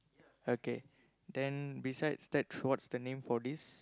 okay then besides that what's the name for this